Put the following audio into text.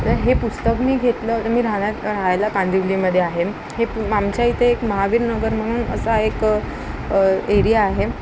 हे पुस्तक मी घेतलं मी राहण्यात राहायला कांदिवलीमध्ये आहे हे आमच्या इथे एक महावीरनगर म्हणून असा एक एरिया आहे